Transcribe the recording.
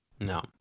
No